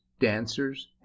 dancers